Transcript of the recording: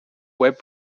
web